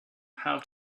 how